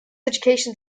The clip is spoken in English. education